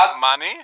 money